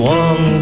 one